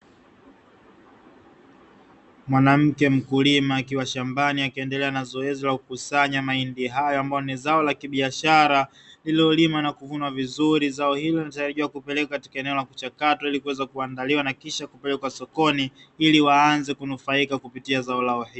Mwanamke mkulima akiwa shambani akiendelea na zoezi la kukusanya mahindi hayo, ambali ni zao la kibiashara lililolimwa na kuvunwa vizuri, zao hilo linatarajiwa kupelekwa katika eneo lililochakatwa na kuweza kuandaliwa na kisha kupelekwa sokoni, ili waanze kunufaika na zao lao hilo.